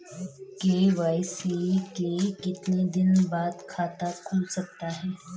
KYC के कितने दिन बाद खाता खुल सकता है?